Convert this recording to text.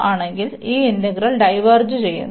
ആണെങ്കിൽ ഈ integral diverge ചെയ്യുന്നു